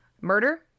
murder